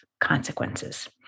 consequences